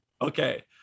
Okay